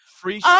free